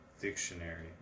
Dictionary